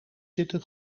zitten